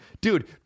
Dude